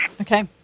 Okay